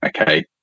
okay